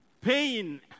pain